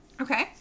Okay